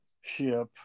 ship